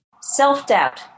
Self-doubt